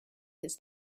his